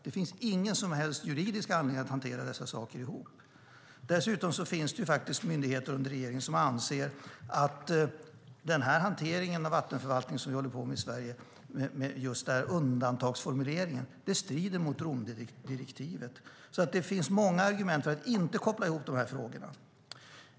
Det finns inga som helt juridiska anledningar att hantera dessa saker ihop. Dessutom finns det myndigheter under regeringen som anser att den hantering av vattenförvaltningen som vi håller på med i Sverige med undantagsformuleringen strider mot Romdirektivet. Det finns många argument för att inte koppla ihop dessa frågor.